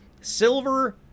silver